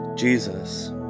Jesus